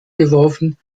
geworfen